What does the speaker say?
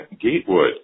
Gatewood